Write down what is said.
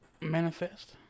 Manifest